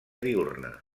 diürna